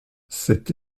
cette